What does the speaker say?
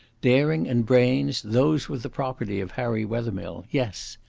daring and brains, those were the property of harry wethermill yes.